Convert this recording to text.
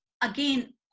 again